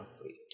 Sweet